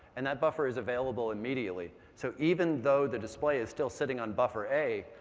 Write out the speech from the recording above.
and that buffer is available immediately. so even though the display is still sitting on buffer a,